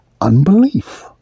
unbelief